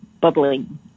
bubbling